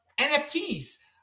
NFTs